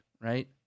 Right